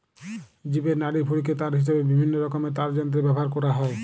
জীবের নাড়িভুঁড়িকে তার হিসাবে বিভিন্নরকমের তারযন্ত্রে ব্যাভার কোরা হয়